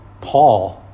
Paul